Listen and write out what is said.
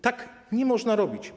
Tak nie można robić.